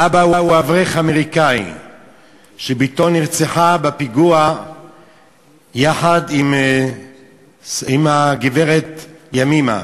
האבא הוא אברך אמריקני שבתו נרצחה בפיגוע יחד עם הגברת ימימה.